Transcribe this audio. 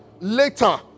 later